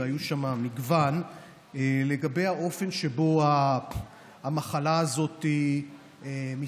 והיה שם מגוון לגבי האופן שבו המחלה הזאת מתפתחת,